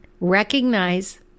recognize